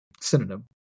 synonym